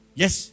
yes